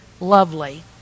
lovely